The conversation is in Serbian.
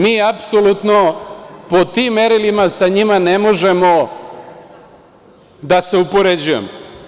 Mi apsolutno po tim merilima sa njima ne možemo da se upoređujemo.